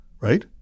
right